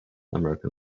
american